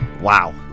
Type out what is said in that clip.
wow